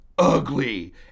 Ugly